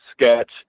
sketch